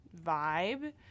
vibe